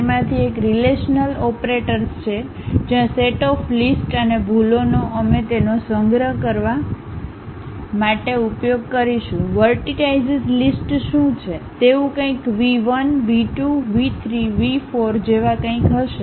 તેમાંથી એક relational operators છે જ્યાં સેટ ઓફ લીસ્ટ અને ભૂલોનો અમે તેનો સંગ્રહ કરવા માટે ઉપયોગ કરીશું વર્ટિટાઈશીસ લીસ્ટ શું છે તેવું કંઈક V 1 V 2 V 3 V 4 જેવા કંઈક હશે